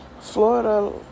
Florida